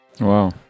Wow